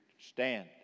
stand